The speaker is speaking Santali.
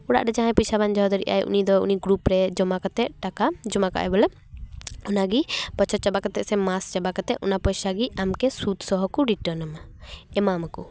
ᱚᱲᱟᱜ ᱨᱮ ᱡᱟᱦᱟᱸᱭ ᱯᱚᱭᱥᱟ ᱵᱟᱝ ᱫᱚᱦᱚ ᱫᱟᱲᱮᱭᱟᱜᱼᱟᱭ ᱩᱱᱤ ᱫᱚ ᱩᱱᱤ ᱜᱨᱩᱯ ᱨᱮ ᱡᱚᱢᱟ ᱠᱟᱛᱮᱫ ᱴᱟᱠᱟ ᱡᱚᱢᱟ ᱠᱟᱜᱼᱟᱭ ᱵᱚᱞᱮ ᱚᱱᱟᱜᱮ ᱵᱚᱪᱷᱚᱨ ᱪᱟᱵᱟ ᱠᱟᱛᱮᱫ ᱥᱮ ᱢᱟᱥ ᱪᱟᱵᱟ ᱠᱟᱛᱮᱫ ᱚᱱᱟ ᱯᱚᱭᱥᱟ ᱜᱮ ᱟᱢᱜᱮ ᱥᱩᱫᱽ ᱥᱚᱦᱚ ᱠᱚ ᱨᱤᱴᱟᱱ ᱟᱢᱟ ᱮᱢᱟᱢᱟᱠᱚ